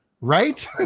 Right